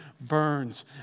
burns